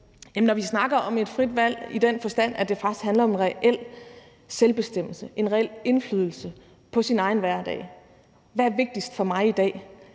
Når vi snakker om et frit valg i den forstand, at det faktisk handler om en reel selvbestemmelse, en reel indflydelse på sin egen hverdag, kan man spørge: Hvad er vigtigst for mig i dag?